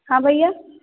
हाँ भैया